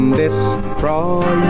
destroy